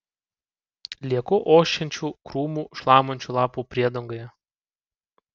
lieku ošiančių krūmų šlamančių lapų priedangoje